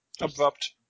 abrupt